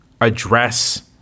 address